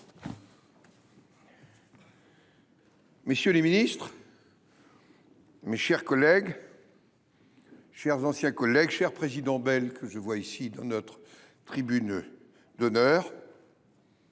Messieurs les ministres, mes chers collègues, chers anciens collègues, cher président Bel – que je distingue dans notre tribune d’honneur